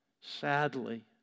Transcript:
Sadly